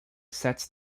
sets